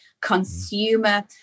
consumer